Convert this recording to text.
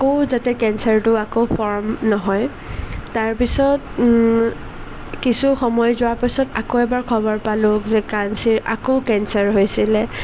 আকৌ যাতে কেঞ্চাৰটো আকৌ ফৰ্ম নহয় তাৰপিছত কিছু সময় যোৱাৰ পিছত আকৌ এবাৰ খবৰ পালোঁ যে কাঞ্চীৰ আকৌ কেঞ্চাৰ হৈছিলে